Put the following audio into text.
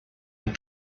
and